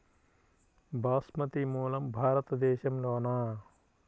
బాస్మతి మూలం భారతదేశంలోనా?